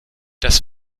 das